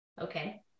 okay